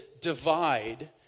divide